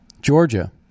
Georgia